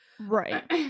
Right